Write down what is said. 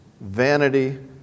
vanity